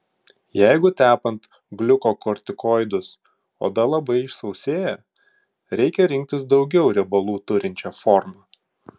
jeigu tepant gliukokortikoidus oda labai išsausėja reikia rinktis daugiau riebalų turinčią formą